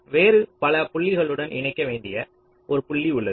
வேறு பல புள்ளிகளுடன் இணைக்க வேண்டிய ஒரு புள்ளி உள்ளது